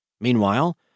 Meanwhile